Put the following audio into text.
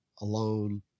alone